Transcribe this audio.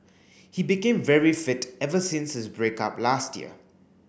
he became very fit ever since his break up last year